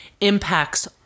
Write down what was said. impacts